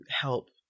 help